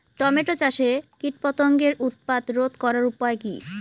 Tomato চাষে কীটপতঙ্গের উৎপাত রোধ করার উপায় কী?